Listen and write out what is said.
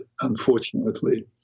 unfortunately